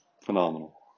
phenomenal